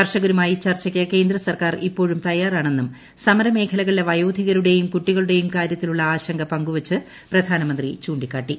കർഷകരുമായി ചർച്ചയ്ക്ക് കേന്ദ്രസർക്കാർ ഇപ്പോഴും തയ്യാറാണെന്നും സമര മേഖലകളിലെ വയോധികരുടെയും കുട്ടികളുടെയും കാര്യത്തിലുള്ള ആശങ്ക പങ്കുവച്ച് പ്രധാനമന്ത്രി ചൂണ്ടിക്കാട്ടി